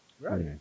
right